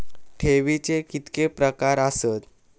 ठेवीचे कितके प्रकार आसत?